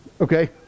Okay